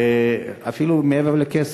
אפילו מעבר לכסף,